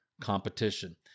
competition